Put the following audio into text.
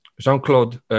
Jean-Claude